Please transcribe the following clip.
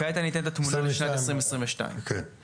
2021. כעת אני אתן את התמונה לשנת 2022. בשנת